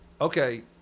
okay